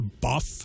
buff